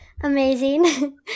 Amazing